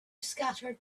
scattered